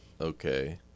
Okay